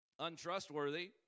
untrustworthy